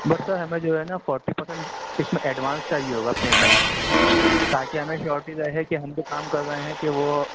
but sir ہمیں جو ہے نا فورٹی پرسینٹ اس میں ایڈوانس چاہیے ہوگا پیمنٹ تاکہ ہمیں شیورٹی رہے کہ ہم جو کام کر رہے ہیں کہ وہ